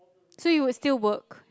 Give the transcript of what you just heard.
so you would still work